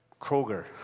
Kroger